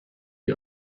die